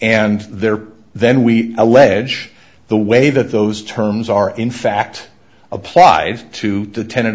and there then we allege the way that those terms are in fact applied to the tenant